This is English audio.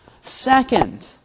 Second